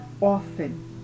often